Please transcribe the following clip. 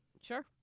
Sure